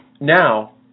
Now